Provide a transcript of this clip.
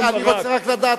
אני רק רוצה לדעת,